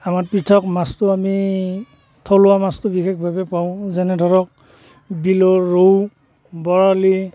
আমাৰ পৃথক মাছটো আমি থলুৱা মাছটো বিশেষভাৱে পাওঁ যেনে ধৰক বিলৰ ৰৌ বৰালি